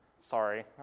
Sorry